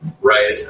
right